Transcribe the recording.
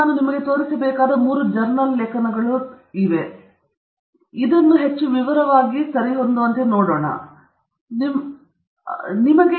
ನಾನು ಇಲ್ಲಿ ನಿಮಗೆ ತೋರಿಸಬೇಕಾದ ಈ ಮೂವರು ಜರ್ನಲ್ ಲೇಖನಗಳು ಸರಿಯಾಗಿವೆ ಇವು ಜರ್ನಲ್ ಲೇಖನಗಳು ಇದು ನಾವು ಹೆಚ್ಚು ವಿವರವಾಗಿ ಸರಿಹೊಂದುವಂತೆ ನೋಡುತ್ತಿದ್ದೇವೆ